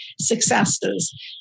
successes